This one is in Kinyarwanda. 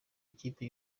ikipe